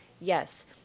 Yes